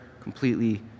completely